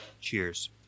cheers